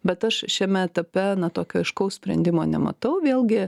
bet aš šiame etape na tokio aiškaus sprendimo nematau vėlgi